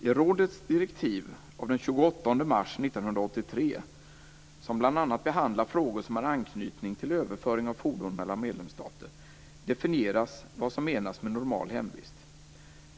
I rådets direktiv av den 28 mars 1983, som bl.a. behandlar frågor som har anknytning till överföring av fordon mellan medlemsstater, definieras vad som menas med normal hemvist.